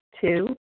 Two